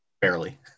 barely